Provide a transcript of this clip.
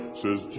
says